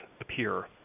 appear